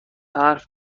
حرف